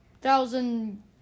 thousand